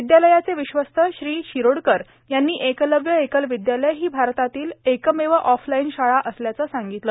विद्यालयाचे विश्वस्थ श्री शिरोडकर यांनी एकलव्य एकल विद्यालय ही भारतातील एकमेव ऑफलाईन शाळा असल्याचं सांगितलं